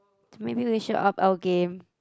maybe we should up our game